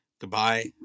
goodbye